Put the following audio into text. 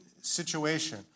situation